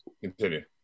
Continue